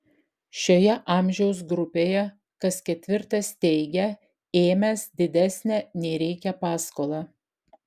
šioje amžiaus grupėje kas ketvirtas teigia ėmęs didesnę nei reikia paskolą